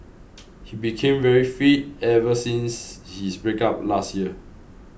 he became very fit ever since his breakup last year